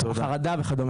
חרדה וכד'.